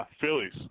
Phillies